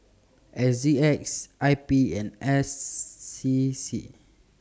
S G X I P and S C C